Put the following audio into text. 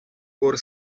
por